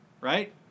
right